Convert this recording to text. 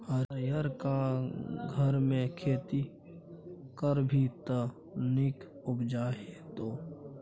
हरियरका घरमे खेती करभी त नीक उपजा हेतौ